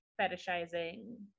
fetishizing